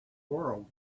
world